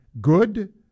good